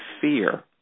fear